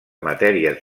matèries